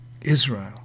Israel